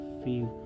feel